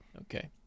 Okay